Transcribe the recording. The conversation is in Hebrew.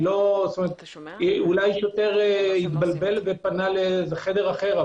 אולי שוטר התבלבל ופנה לחדר אחר.